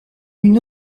une